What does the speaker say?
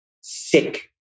sick